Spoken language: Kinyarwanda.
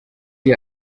iyi